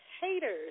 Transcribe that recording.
Haters